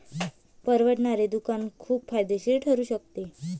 परवडणारे दुकान खूप फायदेशीर ठरू शकते